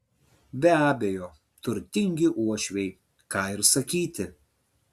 be abejo turtingi uošviai ką ir sakyti